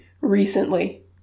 recently